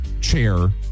chair